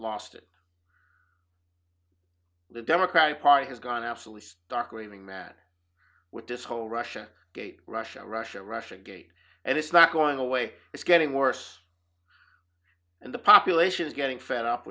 lost it the democratic party has gone absolutely stark raving mad with this whole russia russia russia russia gate and it's not going away it's getting worse and the population is getting fed up